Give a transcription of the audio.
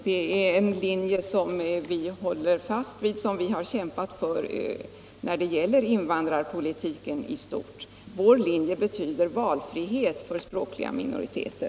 Det är en linje som vi har kämpat för och håller fast vid när det gäller invandrarpolitiken i stort. Vår linje betyder valfrihet för språkliga minoriteter.